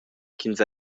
ch’ins